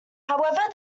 however